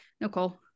nicole